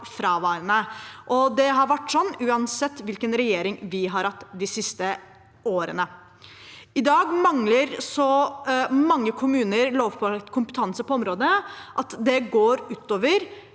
det vært uansett hvilken regjering vi har hatt de siste årene. I dag mangler så mange kommuner lovpålagt kompetanse på området at det går ut over